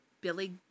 Billy